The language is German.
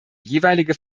jeweilige